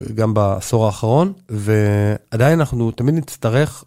גם בעשור האחרון, ו... עדיין אנחנו תמיד נצטרך...